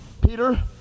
Peter